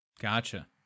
Gotcha